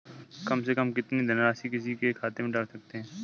कम से कम कितनी धनराशि किसी के खाते में डाल सकते हैं?